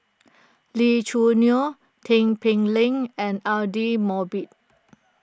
Lee Choo Neo Tin Pei Ling and Aidli Mosbit